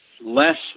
less